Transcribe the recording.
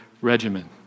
regimen